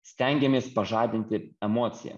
stengiamės pažadinti emociją